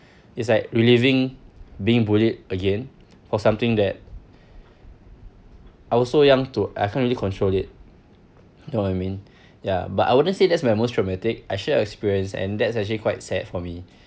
it's like reliving being bullied again for something that I was so young to I couldn't really control it you know what I mean ya but I wouldn't say that's my most traumatic actual experience and that's actually quite sad for me